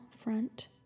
front